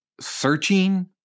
searching